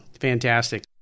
fantastic